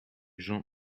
jean